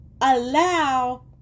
allow